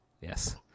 Yes